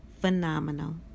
phenomenal